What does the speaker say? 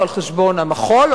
או על חשבון המחול,